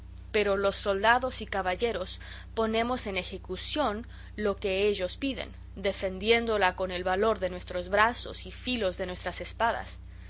pero los soldados y caballeros ponemos en ejecución lo que ellos piden defendiéndola con el valor de nuestros brazos y filos de nuestras espadas